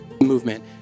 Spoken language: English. movement